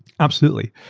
absolutely.